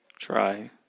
try